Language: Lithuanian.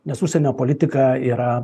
nes užsienio politika yra